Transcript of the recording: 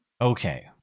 Okay